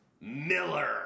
Miller